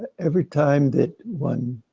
every time that one.